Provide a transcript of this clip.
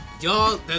y'all